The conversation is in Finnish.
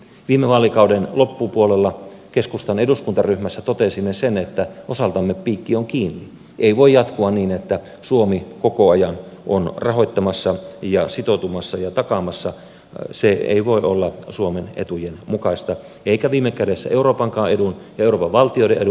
viime vaalikauden loppupuolella keskustan eduskuntaryhmässä totesimme sen että osaltamme piikki onkin ei voi jatkua niin että suomi on kokooja on rahoittamassa ja sitoutumassa ja takaamassa se ei voi olla suomen etujen mukaista eikä viime kädessä euroopankaan edun euroopan valtioiden